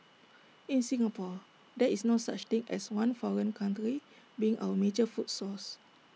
in Singapore there is no such thing as one foreign country being our major food source